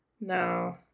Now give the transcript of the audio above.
No